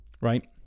right